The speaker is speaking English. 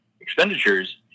expenditures